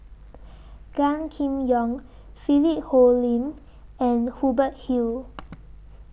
Gan Kim Yong Philip Hoalim and Hubert Hill